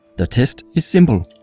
the test is simple.